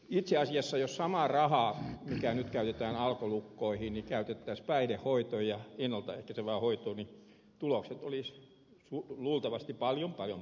itse asiassa jos sama raha mikä nyt käytetään alkolukkoihin käytettäisiin päihdehoitoon ja ennalta ehkäisevään hoitoon niin tulokset olisivat luultavasti paljon paljon paremmat